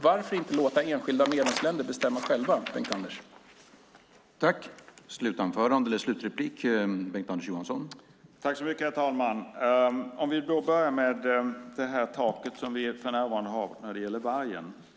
Varför inte låta enskilda medlemsländer bestämma själva, Bengt-Anders Johansson?